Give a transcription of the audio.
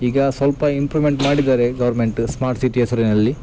ಈಗ ಸ್ವಲ್ಪ ಇಂಪ್ರುಮೆಂಟ್ ಮಾಡಿದ್ದಾರೆ ಗೌರ್ಮೆಂಟ್ ಸ್ಮಾರ್ಟ್ ಸಿಟಿ ಹೆಸರಿನಲ್ಲಿ